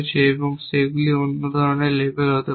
এবং সেগুলি অন্যান্য ধরণের লেবেল হতে পারে